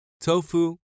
Tofu